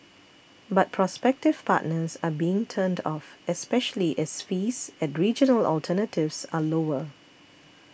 but prospective partners are being turned off especially as fees at regional alternatives are lower